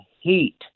heat